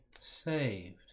saved